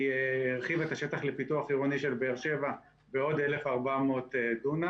שהרחיבה את השטח לפיתוח עירוני של באר שבע בעוד 1,400 דונם